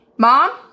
mom